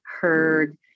heard